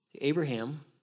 Abraham